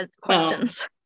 questions